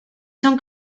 son